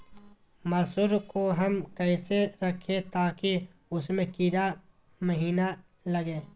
मसूर को हम कैसे रखे ताकि उसमे कीड़ा महिना लगे?